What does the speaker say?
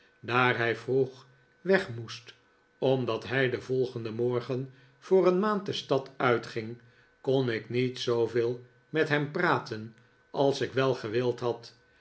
hij vroeg weg moest omdat hij den volgenden morgen voor een maand de stad uit ging kon ik niet zooveel met hem platen als ik wel gewild had